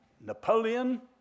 Napoleon